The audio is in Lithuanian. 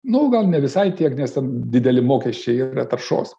nu gal ne visai tiek nes ten dideli mokesčiai yra taršos